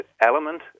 element